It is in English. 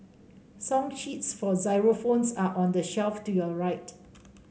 song sheets for xylophones are on the shelf to your right